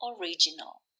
original